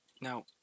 Now